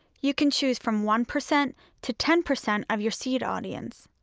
you can choose from one percent to ten percent of your seed audience.